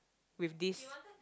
with this